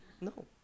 No